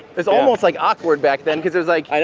it was almost like awkward back then cause it was like,